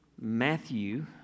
Matthew